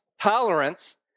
Tolerance